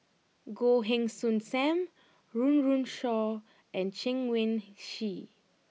Goh Heng Soon Sam Run Run Shaw and Chen Wen Hsi